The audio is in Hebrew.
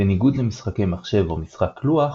בניגוד למשחקי מחשב או משחק לוח,